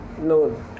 no